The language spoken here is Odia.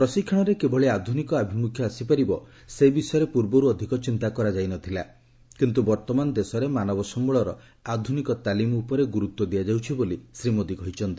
ପ୍ରଶିକ୍ଷଣରେ କିଭଳି ଆଧୁନିକ ଆଭିମୁଖ୍ୟ ଆସିପାରିବ ସେ ବିଷୟରେ ପୂର୍ବରୁ ଅଧିକ ଚିନ୍ତା କରାଯାଇନଥିଲା କିନ୍ତୁ ବର୍ତ୍ତମାନ ଦେଶରେ ମାନବ ସମ୍ଭଳର ଆଧୁନିକ ତାଲିମ ଉପରେ ଗୁରୁତ୍ୱ ଦିଆଯାଉଛି ବୋଲି ଶ୍ରୀ ମୋଦୀ କହିଛନ୍ତି